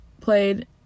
played